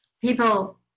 people